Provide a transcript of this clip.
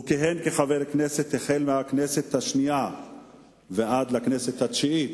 הוא כיהן כחבר כנסת החל מהכנסת השנייה ועד לכנסת התשיעית,